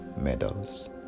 medals